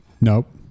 nope